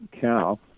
cow